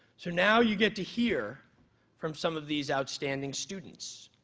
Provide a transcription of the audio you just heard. so now you get to hear from some of these outstanding students.